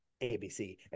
ABC